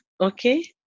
Okay